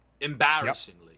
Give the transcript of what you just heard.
Embarrassingly